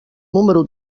número